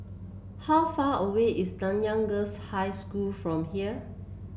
how far away is Nanyang Girls' High School from here